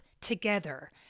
together